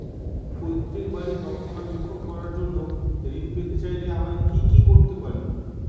পৈত্রিক বাড়ির রক্ষণাবেক্ষণ করার জন্য ঋণ পেতে চাইলে আমায় কি কী করতে পারি?